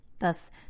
Thus